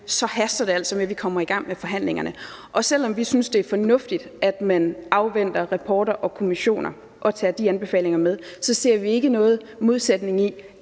i, haster det altså med, at vi kommer i gang med forhandlingerne, og selv om vi synes, det er fornuftigt, at man afventer rapporter og kommissioner og tager de anbefalinger med, ser vi ikke nogen modsætning i,